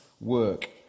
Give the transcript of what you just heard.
work